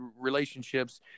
relationships